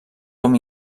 com